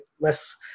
less